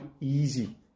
easy